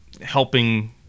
helping